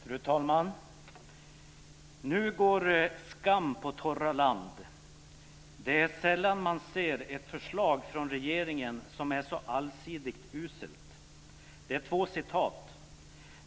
Fru talman! "Nu går skam på torra land." "Det är sällan man ser ett förslag från regeringen som är så allsidigt uselt." Det är två citat.